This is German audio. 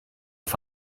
auf